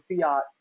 fiat